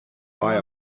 buy